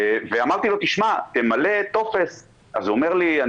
אמרתי לו שימלא טופס והוא אמר ליש הוא